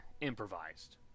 improvised